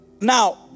Now